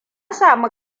samu